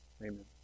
Amen